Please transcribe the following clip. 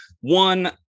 One